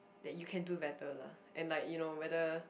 that you can do better lah and like you know whether